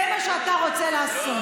זה מה שאתה רוצה לעשות,